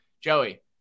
Joey